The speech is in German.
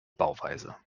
bauweise